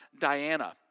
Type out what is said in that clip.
Diana